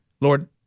Lord